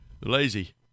Lazy